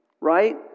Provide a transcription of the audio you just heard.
Right